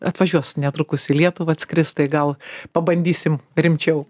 atvažiuos netrukus į lietuvą atskris tai gal pabandysim rimčiau